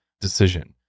decision